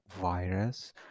virus